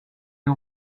you